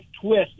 Twist